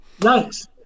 Nice